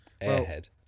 Airhead